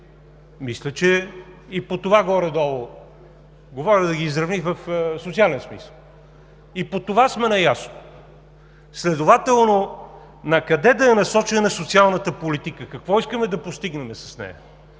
изравни гражданите – говоря, да ги изравни в социален смисъл. И по това сме наясно. Следователно накъде да е насочена социалната политика, какво искаме да постигнем с нея?